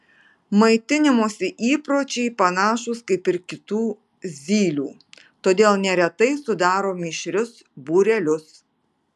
maitinimosi įpročiai panašūs kaip ir kitų zylių todėl neretai sudaro mišrius būrelius